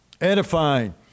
edifying